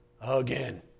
again